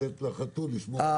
זה לתת לחתול לשמור על השמנת.